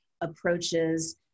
approaches